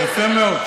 יפה מאוד.